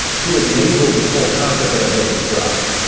to enable this whole concept that i've just described.